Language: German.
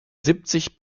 siebzig